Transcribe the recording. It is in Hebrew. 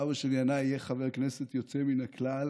ואבא של ינאי יהיה חבר כנסת יוצא מן הכלל,